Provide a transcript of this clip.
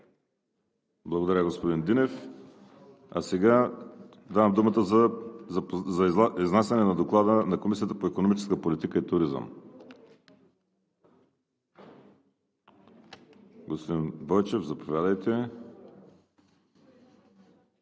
Благодаря, господин Динев. Давам думата за изнасяне на Доклада на Комисията по икономическа политика и туризъм. Господин Бойчев, заповядайте.